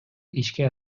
ишке